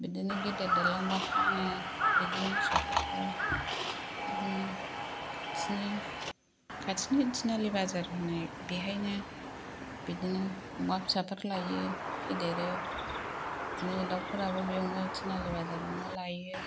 बिदिनो गेदेर देरलांब्ला फानो बिदि मोसौ फोरखौ बिदिनो खाथिनि थिनालि बाजार होननाय बेहायनो बिदिनो अमा फिसाफोर लायो फोदेरो बिदिनो दाउ फोराबो बिदिनो थिनालि बाजारावनो लायो